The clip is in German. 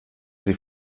sie